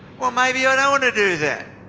well, maybe i don't want to do that.